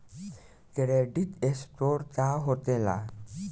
Credit score का होखेला?